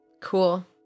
Cool